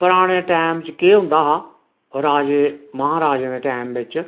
पराने टैम च केह् होंदा हा राजे महाराजें दे टैम बिच